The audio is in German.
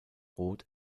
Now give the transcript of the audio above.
roth